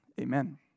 Amen